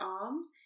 arms